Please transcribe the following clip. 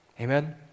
amen